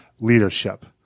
Leadership